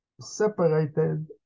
separated